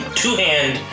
two-hand